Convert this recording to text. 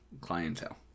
clientele